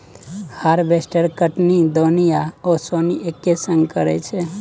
harvester कटनी, दौनी आ ओसौनी एक्के संग करय छै